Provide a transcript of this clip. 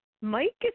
Mike